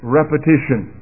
repetition